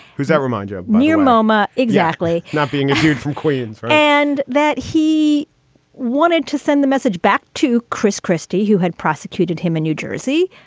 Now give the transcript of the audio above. who's that remind you of near moma? exactly. not being a dude from queens. and that he wanted to send the message back to chris christie, who had prosecuted him in new jersey.